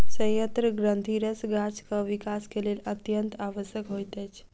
सयंत्र ग्रंथिरस गाछक विकास के लेल अत्यंत आवश्यक होइत अछि